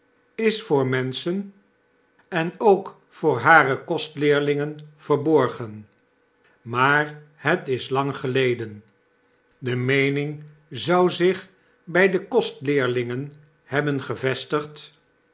is voor menschen en ook voor hare kostleerlingen verborgen maar het is lang geleden de meening zou zich by de kostleerlingen hebben gevestigd